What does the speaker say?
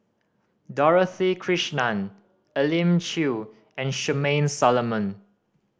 Dorothy Krishnan Elim Chew and Charmaine Solomon